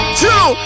two